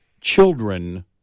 children